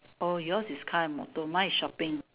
oh yours is car and motor mine is shopping